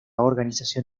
organización